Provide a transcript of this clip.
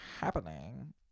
happening